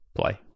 play